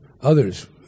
others